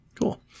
Cool